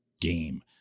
game